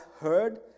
heard